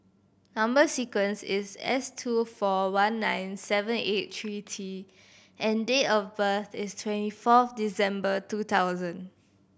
number sequence is S two four one nine seven eight three T and date of birth is twenty fourth December two thousand